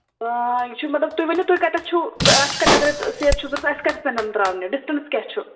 آ یہِ چھُ مطلب تُہۍ ؤنِو تُہۍ کَتٮ۪تھ چھُو اَسہِ کَتٮ۪تھ اَگر سیرِ چھُو ضوٚرتھ اَسہِ کَتٮ۪تھ یِم تراونہِ ڈِسٹنس کیاہ چھُ